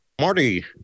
Marty